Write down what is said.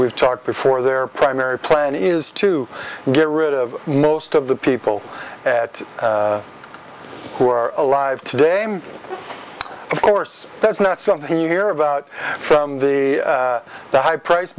we've talked before their primary plan is to get rid of most of the people at who are alive today of course that's not something you hear about from the the high price